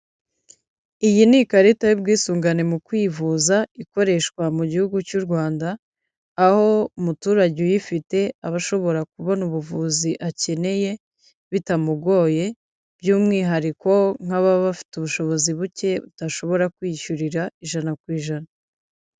Iyi ni ikarita y'ubwisungane mu kwivuza, ikoreshwa mu gihugu cy'u Rwanda; aho umuturage uyifite aba ashobora kubona ubuvuzi akeneye bitamugoye; by'umwihariko nk'ababa bafite ubushobozi buke, badashobora kwiyishyurira ijana ku ijana.